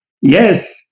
Yes